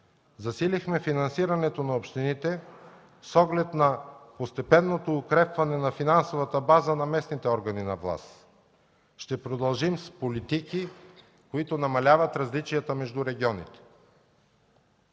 Засилихме финансирането на общините с оглед постепенното укрепване на финансовата база на местните органи на власт. Ще продължим с политики, които намаляват различията между регионите.